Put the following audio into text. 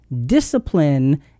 discipline